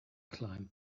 climbed